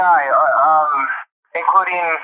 including